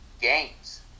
games